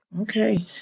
Okay